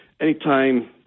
anytime